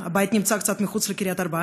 לקריית-ארבע, הבית נמצא קצת מחוץ לקריית-ארבע,